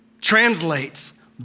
translates